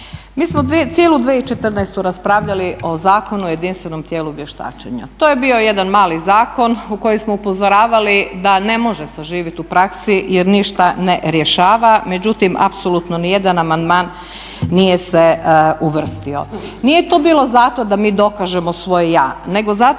Mi smo cijelu 2014. raspravljali o Zakonu o jedinstvenom tijelu vještačenja. To je bio jedan mali zakon u kojem smo upozoravali da ne može zaživit u praksi jer ništa ne rješava, međutim apsolutno nijedan amandman nije se uvrstio. Nije to bilo zato da mi dokažemo svoje ja nego zato